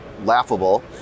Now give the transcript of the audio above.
laughable